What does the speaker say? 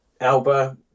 Alba